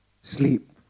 Sleep